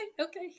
okay